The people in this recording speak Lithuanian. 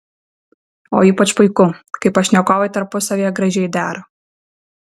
o ypač puiku kai pašnekovai tarpusavyje gražiai dera